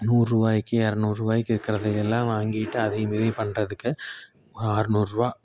நூறுரூவாய்க்கி இரநூறுவாய்க்கி இருக்கிறதையெல்லாம் வாங்கிட்டு அதையும் இதையும் பண்றதுக்கு ஒரு ஆறுநூறுவா